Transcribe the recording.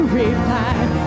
revive